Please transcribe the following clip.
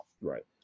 Right